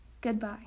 Goodbye